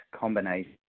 combination